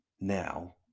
now